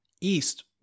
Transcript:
East